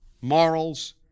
morals